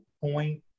point